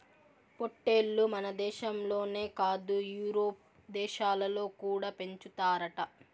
పొట్టేల్లు మనదేశంలోనే కాదు యూరోప్ దేశాలలో కూడా పెంచుతారట